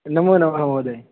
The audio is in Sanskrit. नमोनमः महोदय